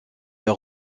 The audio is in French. leur